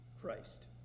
Christ